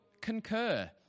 concur